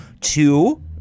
Two